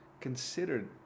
considered